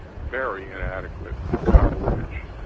very inadequate coverage,